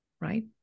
right